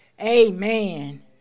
Amen